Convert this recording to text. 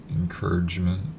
encouragement